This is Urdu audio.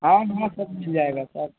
ہاں یہاں سب کچھ ہو جائے گا سر